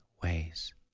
ways